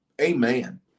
Amen